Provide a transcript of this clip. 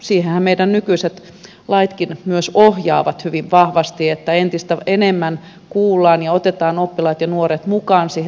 siihenhän meidän nykyiset laitkin myös ohjaavat hyvin vahvasti että entistä enemmän kuullaan ja otetaan oppilaat ja nuoret mukaan siihen toimintaan